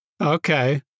Okay